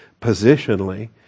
positionally